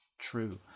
true